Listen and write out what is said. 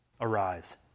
arise